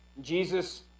Jesus